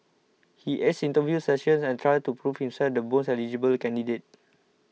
he aced interview sessions and trials to prove himself the most eligible candidate